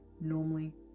normally